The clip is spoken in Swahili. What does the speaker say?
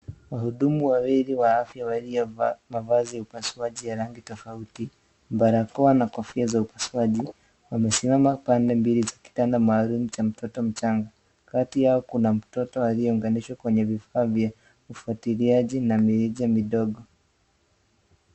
Wahudumu wawili wa afya waliovaa mavazi ya upasuaji ya rangi tofauti, barakoa na kofia za upasuaji wamesimama pande mbili za kitanda maalum cha mtoto mchanga, kati yao kuna mtoto aliyeunganishwa kwenye vifaa vya ufuatiliaji na mirija midogo.